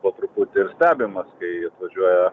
po truputį stebimas kai atvažiuoja